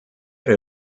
der